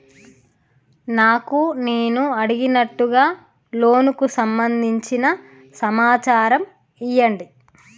నాకు నేను అడిగినట్టుగా లోనుకు సంబందించిన సమాచారం ఇయ్యండి?